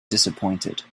disappointed